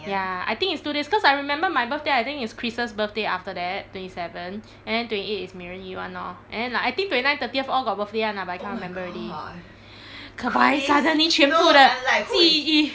ya I think it's two days cause I remember my birthday I think it's chris's birthday after that twenty seventh and then twenty eight is 美人鱼 [one] lor but then twenty nine thirtieth all got birthday [one] lah but I can't remember ready kebai~ suddenly 全部的记忆